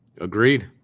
Agreed